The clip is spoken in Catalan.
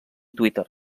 twitter